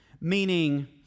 meaning